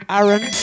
Aaron